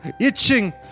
Itching